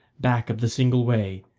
back up the single way,